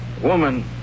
Woman